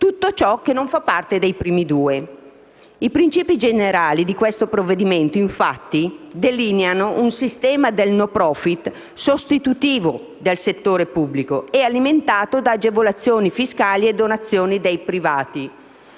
tutto ciò che non fa parte dei primi due. I principi generali del provvedimento, infatti, delineano un sistema del *no profit* sostitutivo del settore pubblico e alimentato da agevolazioni fiscali e donazioni dei privati.